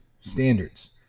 standards